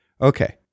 Okay